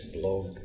blog